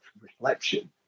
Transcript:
reflection